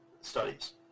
studies